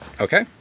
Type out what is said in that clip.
Okay